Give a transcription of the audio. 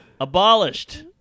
Abolished